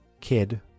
kid